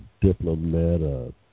diplomat